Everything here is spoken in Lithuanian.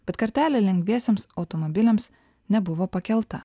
bet kartelė lengviesiems automobiliams nebuvo pakelta